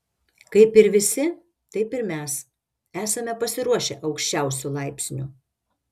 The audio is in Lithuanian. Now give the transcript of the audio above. kaip ir visi taip ir mes esame pasiruošę aukščiausiu laipsniu